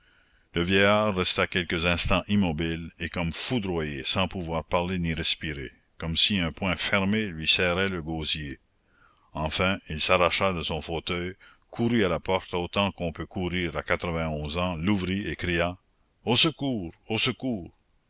le vieillard resta quelques instants immobile et comme foudroyé sans pouvoir parler ni respirer comme si un poing fermé lui serrait le gosier enfin il s'arracha de son fauteuil courut à la porte autant qu'on peut courir à quatre vingt onze ans l'ouvrit et cria au secours au secours